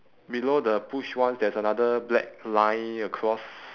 below the push once there is a another black line across